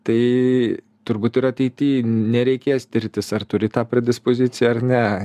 tai turbūt ir ateity nereikės tirtis ar turi tą predispoziciją ar ne